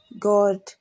God